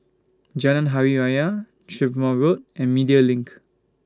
Jalan Hari Raya Strathmore Road and Media LINK